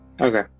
Okay